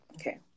okay